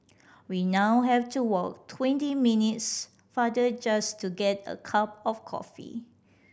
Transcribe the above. we now have to walk twenty minutes farther just to get a cup of coffee